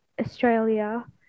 Australia